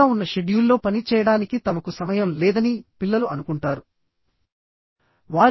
బిజీగా ఉన్న షెడ్యూల్లో పని చేయడానికి తమకు సమయం లేదని పిల్లలు అనుకుంటారు